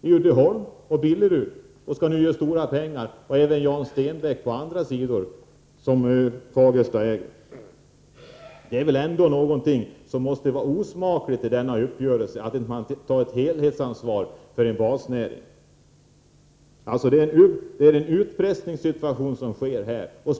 i Uddeholm, Billerud, och även Jan Stenbeck, ut bakvägen och skall nu göra stora pengar på andra sidor som Fagersta äger. Det är väl ändå någonting osmakligt i att man i denna uppgörelse inte tar ett helhetsansvar för en basnäring! Det är en utpressning som här sker.